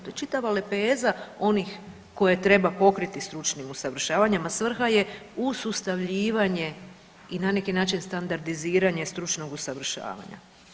To je čitava lepeza onih koje treba pokriti stručnim usavršavanjem, a svrha je usustavljivanje i na neki način standardiziranje stručnog usavršavanja.